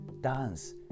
dance